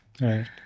Right